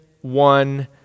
one